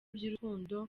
by’urukundo